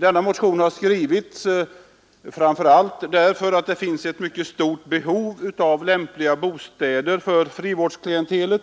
Denna motion har skrivits framför allt därför att det finns ett mycket stort behov av lämpliga bostäder för frivårdsklientelet